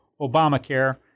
Obamacare